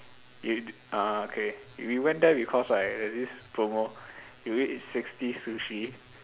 we eat uh okay we went there because like there's this promo if you eat sixty sushi